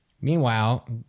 Meanwhile